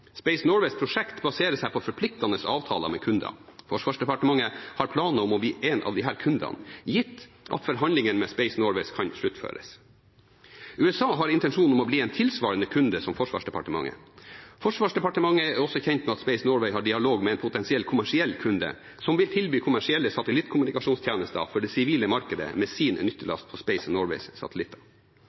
Space Norways prosjekt baserer seg på forpliktende avtaler med kunder. Forsvarsdepartementet har planer om å bli en av disse kundene, gitt at forhandlingene med Space Norway kan sluttføres. USA har intensjon om å bli en tilsvarende kunde som Forsvarsdepartementet. Forsvarsdepartementet er også kjent med at Space Norway har dialog med en potensiell kommersiell kunde, som vil tilby kommersielle satellittkommunikasjonstjenester for det sivile markedet med sin nyttelast og Space Norways satellitter. USA har signalisert at de ønsker et samarbeid på